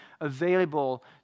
available